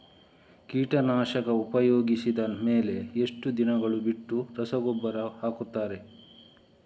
ಕೀಟನಾಶಕ ಉಪಯೋಗಿಸಿದ ಮೇಲೆ ಎಷ್ಟು ದಿನಗಳು ಬಿಟ್ಟು ರಸಗೊಬ್ಬರ ಹಾಕುತ್ತಾರೆ?